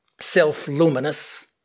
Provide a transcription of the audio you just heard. self-luminous